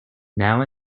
now